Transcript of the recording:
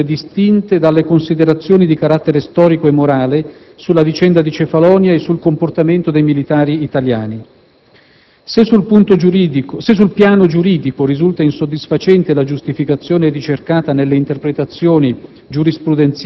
vadano tenute distinte dalle considerazioni di carattere storico e morale sulla vicenda di Cefalonia e sul comportamento dei militari italiani. Se sul piano giuridico risulta insoddisfacente la giustificazione ricercata nelle interpretazioni